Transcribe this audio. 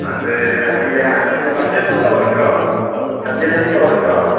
ꯑꯗꯨꯗꯤ ꯍꯌꯦꯡ ꯍꯪꯆꯤꯠ ꯃꯁꯦꯝ ꯇꯧꯔꯁꯤꯔꯣ ꯁꯟꯗꯦ ꯅꯨꯃꯤꯠ ꯇꯧꯔꯁꯤꯔꯣ